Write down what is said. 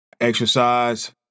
exercise